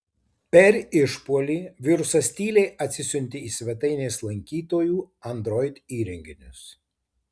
per išpuolį virusas tyliai atsisiuntė į svetainės lankytojų android įrenginius